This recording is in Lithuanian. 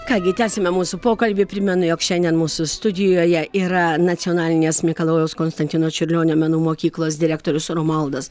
ką gi tęsiame mūsų pokalbį primenu jog šiandien mūsų studijoje yra nacionalinės mikalojaus konstantino čiurlionio menų mokyklos direktorius romualdas